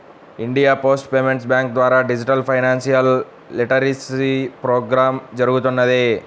India post payments bank ద్వారా digital financial literacy programme జరుగుతున్నది